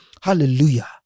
hallelujah